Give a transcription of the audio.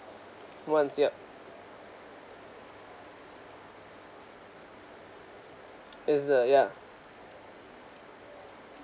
once yup is the yeah